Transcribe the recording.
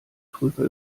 prüfer